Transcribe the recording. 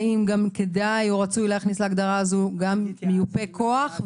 האם גם כדאי או רצוי להכניס להגדרה הזו גם מיופה כוח,